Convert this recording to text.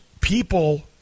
people